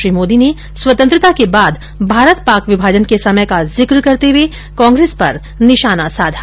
श्री मोदी ने स्वतंत्रता के बाद भारत पाक विभाजन के समय का जिक करते हुए कांग्रेस पर निशाना साधा